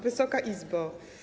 Wysoka Izbo!